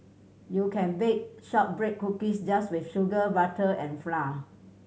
you can bake shortbread cookies just with sugar butter and flour